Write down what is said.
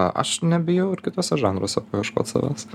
aš nebijau ir kituose žanruose paieškot savęs